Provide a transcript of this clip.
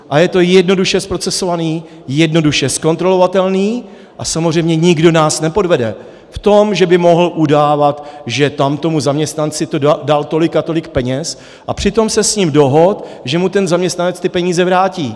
A je to jednoduše zprocesované, jednoduše zkontrolovatelné a samozřejmě nikdo nás nepodvede v tom, že by mohl udávat, že tamtomu zaměstnanci dal tolik a tolik peněz a přitom se s ním dohodl, že mu ten zaměstnanec ty peníze vrátí.